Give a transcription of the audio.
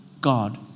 God